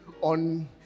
on